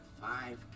five